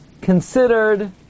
considered